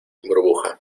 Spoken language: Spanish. burbuja